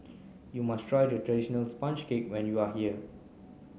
you must try traditional sponge cake when you are here